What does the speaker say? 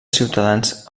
ciutadans